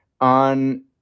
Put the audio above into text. on